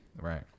right